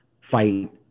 fight